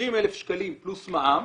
20,000 שקלים פלוס מע"מ.